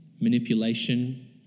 manipulation